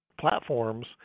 platforms